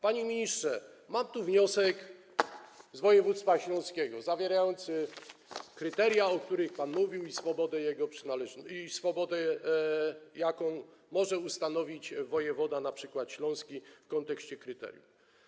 Panie ministrze, mam tu wniosek z województwa śląskiego zawierający kryteria, o których pan mówił, łącznie z zakresem swobody, jaki może ustanowić wojewoda np. śląski w kontekście kryteriów.